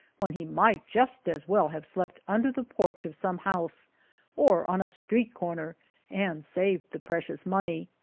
when he might just as well have slept under the porch of some house or on a street corner and saved the precious money.